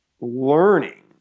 learning